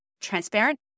transparent